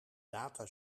data